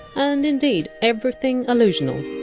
ah and and everything allusional,